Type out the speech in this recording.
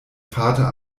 vater